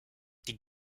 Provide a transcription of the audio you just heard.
die